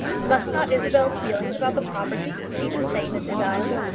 must not isabel's feeling about the property be the same as his own?